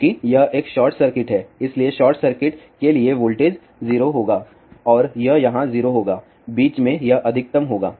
चूँकि यह एक शॉर्ट सर्किट है इसलिए शॉर्ट सर्किट के लिए वोल्टेज 0 होगा और यह यहाँ 0 होगा बीच में यह अधिकतम होगा